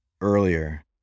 earlier